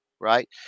right